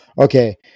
okay